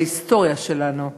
להיסטוריה שלנו כאן.